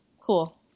Cool